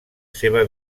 seva